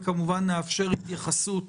וכמובן נאפשר התייחסות